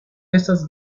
estas